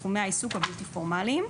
בתחומי העיסוק הבלתי פורמליים.